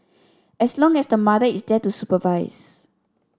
as long as the mother is there to supervise